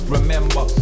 Remember